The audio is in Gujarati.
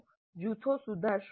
જૂથો સુધારશો નહીં